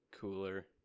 cooler